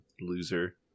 loser